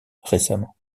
récemment